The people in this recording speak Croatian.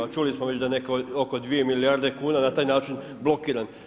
A čuli smo da netko oko 2 milijarde kuna na taj način blokiran.